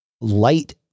light